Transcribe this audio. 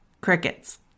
Crickets